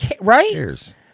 right